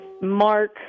Mark